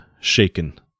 shaken